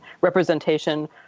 representation